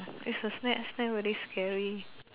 is a snake snake very scary